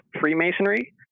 Freemasonry